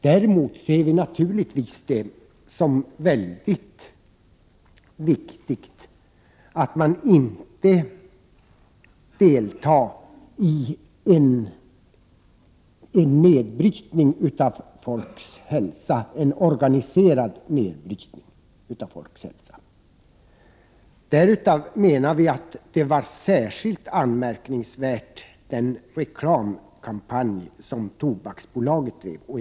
Däremot är det naturligtvis mycket viktigt att man inte deltar i en organiserad nedbrytning av människors hälsa. I detta sammanhang var Tobaksbolagets reklamkampanj särskilt anmärkningsvärd.